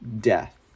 death